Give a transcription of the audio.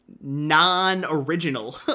non-original